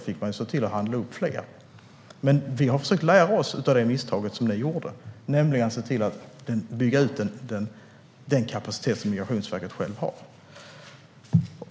Vi har försökt lära oss av det misstag ni gjorde och byggt ut den kapacitet som Migrationsverket självt har.